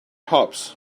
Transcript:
hops